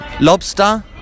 Lobster